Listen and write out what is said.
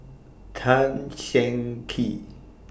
Tan Cheng Kee